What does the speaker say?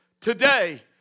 today